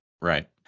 Right